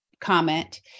comment